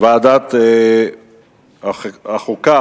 ועדת החוקה,